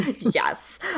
Yes